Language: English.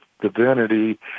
divinity